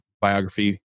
biography